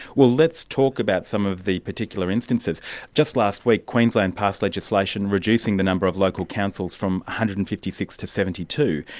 well let's talk about some of the particular instances just last week queensland passed legislation reducing the number of local councils from one hundred and fifty six to seventy two,